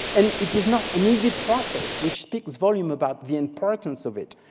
and it is not an easy process, which speaks volume about the importance of it.